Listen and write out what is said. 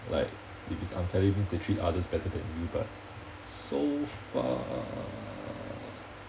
like if it's unfairly means they treat others better than you but so far